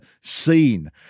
seen